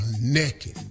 naked